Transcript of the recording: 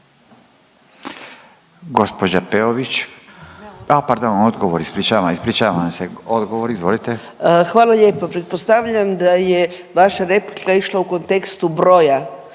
Hvala lijepo. Pretpostavljam da je vaša replika išla u kontekstu broja